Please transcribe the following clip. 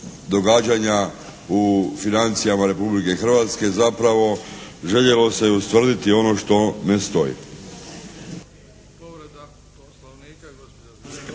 događanja u financijama Republike Hrvatske, zapravo željelo se ustvrditi ono što ne stoji.